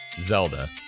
Zelda